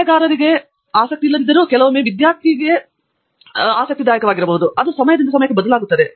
ಸಲಹೆಗಾರನಿಗೆ ಆಸಕ್ತಿಯಿಲ್ಲದಿದ್ದರೂ ಕೆಲವೊಮ್ಮೆ ವಿದ್ಯಾರ್ಥಿಗೆ ಸೈನ್ ಇನ್ ಆಗಬೇಕಾದ ಸಮಯದವರೆಗೆ ಅದು ಬದಲಾಗುತ್ತದೆ